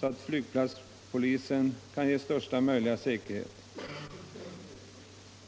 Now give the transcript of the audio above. att flygplatspolisen kan ge största möjliga säkerhet.